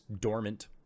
dormant